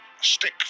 stick